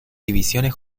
divisiones